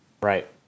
Right